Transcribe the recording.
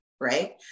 Right